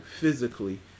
physically